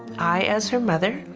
i, as her mother,